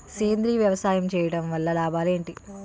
సేంద్రీయ వ్యవసాయం చేయటం వల్ల లాభాలు ఏంటి?